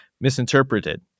misinterpreted